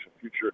future